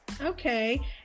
Okay